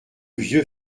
vieux